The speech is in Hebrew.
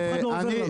אף אחד לא עוזר לנו.